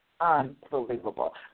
Unbelievable